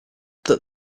that